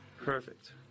Perfect